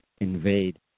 invade